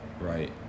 right